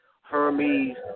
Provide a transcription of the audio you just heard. Hermes